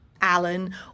Alan